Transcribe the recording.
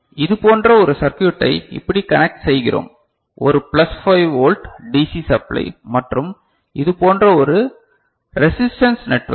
இது போன்ற ஒரு சர்க்யுட்டை இப்படி கனக்ட் செய்கிறோம் ஒரு பிளஸ் 5 வோல்ட் டிசி சப்ளை மற்றும் இது போன்ற ஒரு ரெசிஸ்டன்ஸ் நெட்வொர்க்